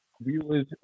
viewers